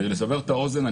כדי לסבר את האוזן,